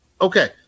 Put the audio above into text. Okay